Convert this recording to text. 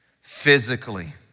physically